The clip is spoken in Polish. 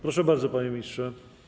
Proszę bardzo, panie ministrze.